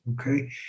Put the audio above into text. Okay